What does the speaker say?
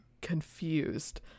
confused